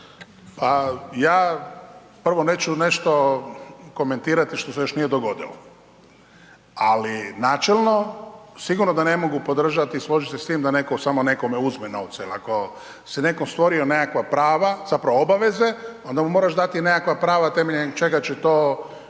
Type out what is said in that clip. Ja prvo neću nešto komentirati što se još nije dogodilo, ali načelno sigurno da ne mogu podržati i složiti se s tim da neko samo nekome uzme novce, jel ako si je neko stvorio nekakva prava zapravo obaveze onda mu moraš dati nekakva prava temeljem čega će to